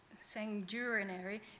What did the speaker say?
sanguinary